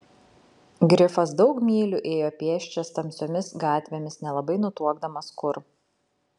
grifas daug mylių ėjo pėsčias tamsiomis gatvėmis nelabai nutuokdamas kur